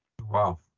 wow